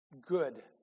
Good